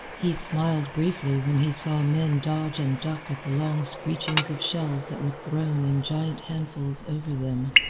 he smiled briefly when he saw men dodge and duck at the long screechings of shells that were thrown in giant handfuls over them.